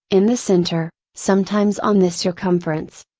in the center, sometimes on the circumference,